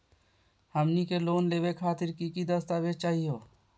हमनी के लोन लेवे खातीर की की दस्तावेज चाहीयो?